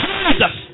Jesus